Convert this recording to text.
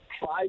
five